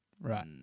Right